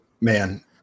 Man